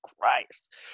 Christ